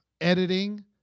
editing